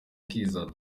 akizana